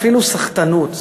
לא מוכן לקבל אפילו סחטנות.